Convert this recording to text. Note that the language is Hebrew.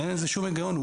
אין בזה שום היגיון.